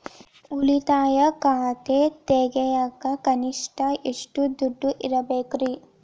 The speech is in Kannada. ಉಳಿತಾಯ ಖಾತೆ ತೆಗಿಯಾಕ ಕನಿಷ್ಟ ಎಷ್ಟು ದುಡ್ಡು ಇಡಬೇಕ್ರಿ?